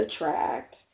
attract